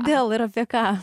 dėl ir apie ką